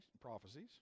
prophecies